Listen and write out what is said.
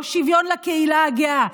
לא שוויון לקהילה הגאה,